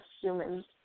humans